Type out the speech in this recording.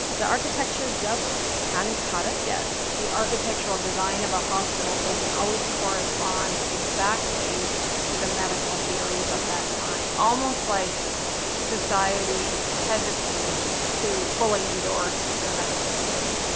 the architecture just hadn't caught up yet the architectural design of a hospital doesn't always correspond exactly to the medical theories of that time, almost like society is hesitating to fully endorse the medical theory